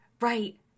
Right